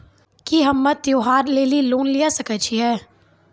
की हम्मय त्योहार लेली लोन लिये सकय छियै?